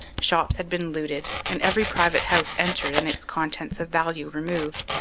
shops had been looted and every private house entered and its contents of value removed,